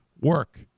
work